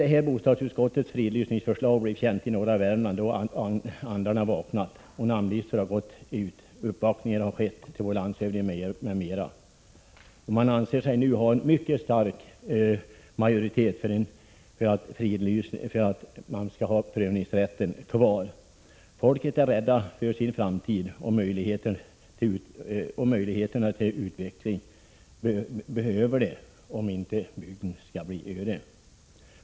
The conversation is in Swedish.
Sedan bostadsutskottets fridlysningsförslag blev känt i norra Värmland har andarna vaknat i bygden. Man har gått ut med namnlistor och bl.a. uppvaktat landshövdingen. Man anser sig nu ha en stark majoritet för att prövningsrätten skall finnas kvar. Människorna är rädda för framtiden. Det krävs möjligheter till utveckling om inte bygden skall ödeläggas.